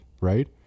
Right